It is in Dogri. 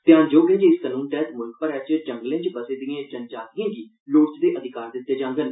ध्यानजोग ऐ जे इस कानून तैहत म्ल्ख भरै च जंगलें च बसे दिएं जनजातीयें गी लोड़चदे अधिकार दित्ते जाडन